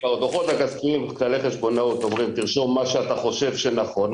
בדוחות הכספיים כללי חשבונאות אומרים: תרשום מה שאתה חושב שנכון,